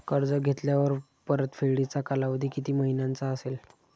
कर्ज घेतल्यावर परतफेडीचा कालावधी किती महिन्यांचा असेल?